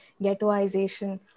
ghettoization